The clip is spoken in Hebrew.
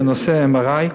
בנושא ה-MRI: